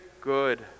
good